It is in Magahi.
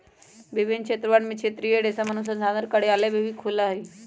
विभिन्न क्षेत्रवन में क्षेत्रीय रेशम अनुसंधान कार्यालय भी खुल्ल हई